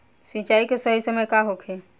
सिंचाई के सही समय का होखे?